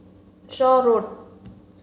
Shaw Road